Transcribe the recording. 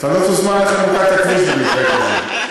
לא תוזמן לחנוכת הכביש במקרה כזה.